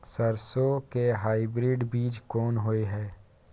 सरसो के हाइब्रिड बीज कोन होय है?